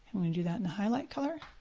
i'm gonna do that in the highlight color.